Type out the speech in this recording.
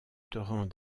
torrent